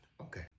Okay